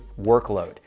workload